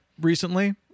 recently